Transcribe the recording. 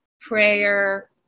prayer